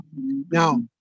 Now